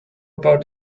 about